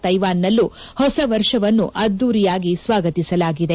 Taiwan ನಲ್ಲೂ ಹೊಸವರ್ಷವನ್ನು ಅದ್ಲೂರಿಯಾಗಿ ಸ್ನಾಗತಿಸಲಾಗಿದೆ